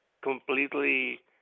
completely